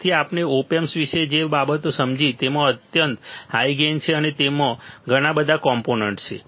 તેથી આપણે op amp વિશે બે બાબતો સમજી તેમાં અત્યંત હાઈ ગેઇન છે અને તેમાં ઘણાં બધાં કોમ્પોનન્ટ છે